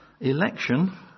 election